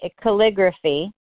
calligraphy